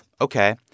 Okay